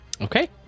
Okay